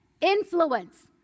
influence